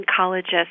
oncologist